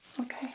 okay